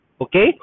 Okay